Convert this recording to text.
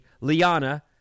liana